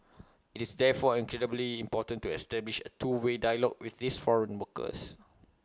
it's therefore incredibly important to establish A two way dialogue with these foreign workers